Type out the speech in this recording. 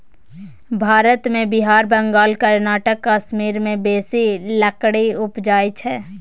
भारत मे बिहार, बंगाल, कर्नाटक, कश्मीर मे बेसी लकड़ी उपजइ छै